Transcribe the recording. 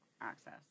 access